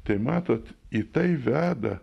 tai matot į tai veda